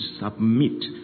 submit